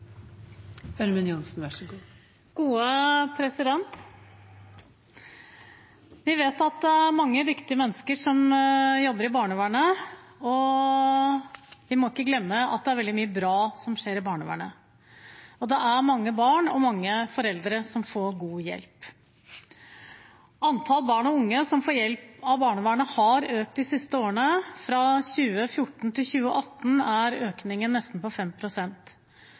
mange dyktige mennesker som jobber i barnevernet, og vi må ikke glemme at det er veldig mye bra som skjer i barnevernet. Det er mange barn og mange foreldre som får god hjelp. Antallet barn og unge som får hjelp av barnevernet, har økt de siste årene. Fra 2014 til 2018 er økningen på nesten